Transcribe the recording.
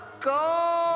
Go